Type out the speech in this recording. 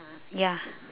ya